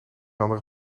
andere